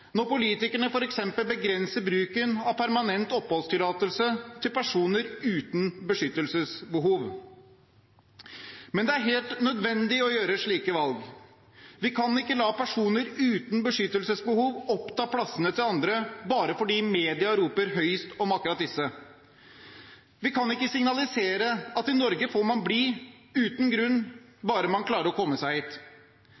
når politikerne f.eks. begrenser bruken av permanent oppholdstillatelse til personer uten beskyttelsesbehov. Men det er helt nødvendig å gjøre slike valg. Vi kan ikke la personer uten beskyttelsesbehov oppta plassene til andre bare fordi media roper høyest om akkurat disse. Vi kan ikke signalisere at i Norge får man bli uten grunn,